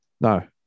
No